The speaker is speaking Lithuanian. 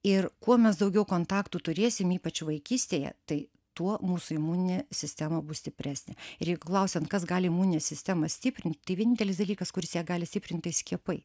ir kuo mes daugiau kontaktų turėsim ypač vaikystėje tai tuo mūsų imuninė sistema bus stipresnė ir jeigu klausiant kas gali imuninę sistemą stiprint tai vienintelis dalykas kuris ją gali stiprint tai skiepai